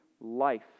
life